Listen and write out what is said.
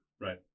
right